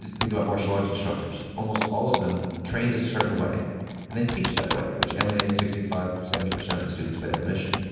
think about martial arts instructors almost all of them trained a certain way and then teach that way, which alienates sixty five, seventy percent of the students by definition.